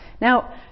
Now